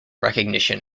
recognition